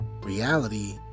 reality